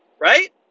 right